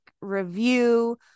review